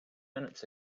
minutes